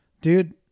dude